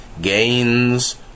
Gains